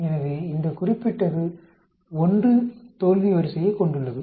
எனவே இந்த குறிப்பிட்டது 1 இன் தோல்வி வரிசையைக் கொண்டுள்ளது